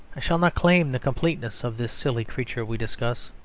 i shall not claim the completeness of this silly creature we discuss.